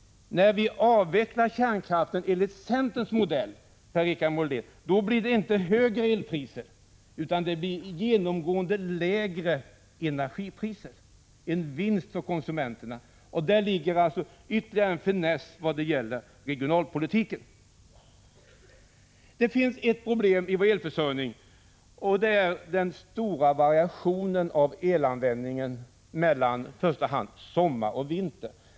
Om vi avvecklar kärnkraften enligt centerns modell, Per-Richard Molén, blir det inte högre elpriser, utan genomgående lägre energipriser — en vinst för konsumenterna. Däri ligger ytterligare en finess vad gäller regionalpolitiken. Det finns ett problem i vår elförsörjning. Det är den stora variationen i elanvändning mellan i första hand sommar och vinter.